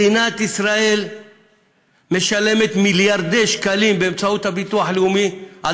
מדינת ישראל משלמת מיליארדי שקלים באמצעות הביטוח הלאומי על